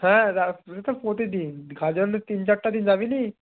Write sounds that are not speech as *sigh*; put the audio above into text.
হ্যাঁ *unintelligible* প্রতিদিন গাজনে তিন চারটে দিন যাবি না